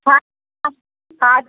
हा हा